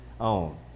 own